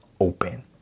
open